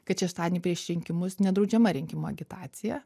kad šeštadienį prieš rinkimus nedraudžiama rinkimų agitacija